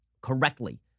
correctly